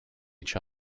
each